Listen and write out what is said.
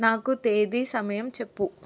నాకు తేదీ సమయం చెప్పు